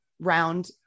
round